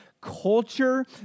culture